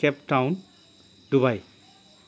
Cape Town Dubai